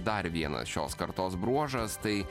dar vienas šios kartos bruožas tai